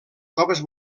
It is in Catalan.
coves